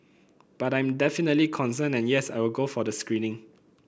but I'm definitely concerned and yes I will go for the screening